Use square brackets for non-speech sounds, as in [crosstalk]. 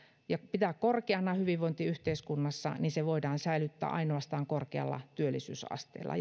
pitää korkeana hyvinvointiyhteiskunnassa niin se voidaan säilyttää ainoastaan korkealla työllisyysasteella [unintelligible]